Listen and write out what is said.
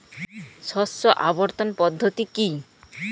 শস্য আবর্তন পদ্ধতি কি?